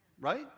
right